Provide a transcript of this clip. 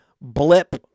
blip